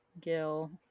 gil